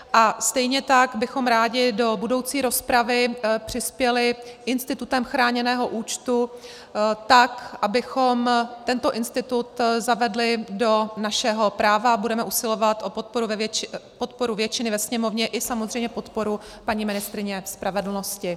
A stejně tak bychom rádi do budoucí rozpravy přispěli institutem chráněného účtu tak, abychom tento institut zavedli do našeho práva, a budeme usilovat o podporu většiny ve Sněmovně i samozřejmě podporu paní ministryně spravedlnosti.